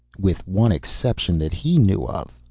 with one exception that he knew of,